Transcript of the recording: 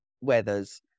weathers